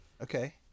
okay